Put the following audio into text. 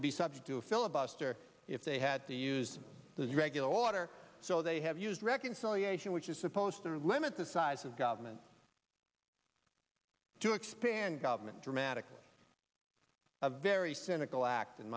would be subject to a filibuster if they had to use those regular water so they have used reconciliation which is supposed to limit the size of government to expand government dramatic a very cynical act in